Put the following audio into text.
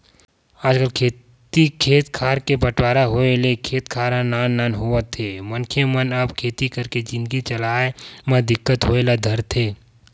आजकल खेती खेत खार के बंटवारा होय ले खेत खार ह नान नान होवत हे मनखे मन अब खेती करके जिनगी चलाय म दिक्कत होय ल धरथे